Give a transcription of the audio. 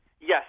Yes